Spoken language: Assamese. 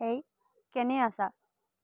হেই কেনে আছা